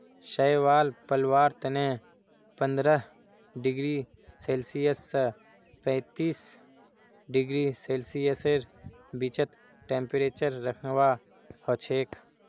शैवाल पलवार तने पंद्रह डिग्री सेल्सियस स पैंतीस डिग्री सेल्सियसेर बीचत टेंपरेचर रखवा हछेक